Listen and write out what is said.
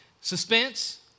suspense